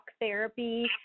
therapy